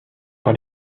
par